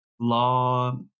law